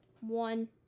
one